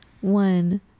one